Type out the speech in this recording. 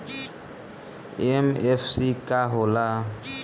MFC का होला?